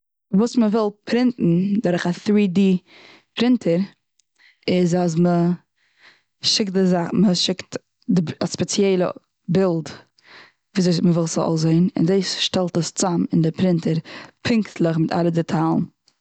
וואס מ'וויל פרינטן דורך א טרי די פרינטער איז אז מ'שיקט די די א ספעציעלע בילד, וויאזוי מ'וויל ס'זאל אויסזען. און דאס שטעלט עס צוזאם און די פרינטער פונקטליך מיט אלע דעטאלן.